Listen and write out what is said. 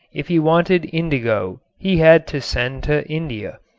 if he wanted indigo he had to send to india.